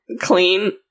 clean